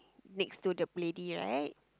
next to the lady right